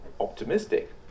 optimistic